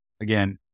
again